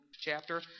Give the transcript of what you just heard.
chapter